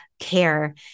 Care